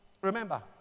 remember